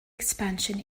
expansion